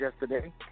yesterday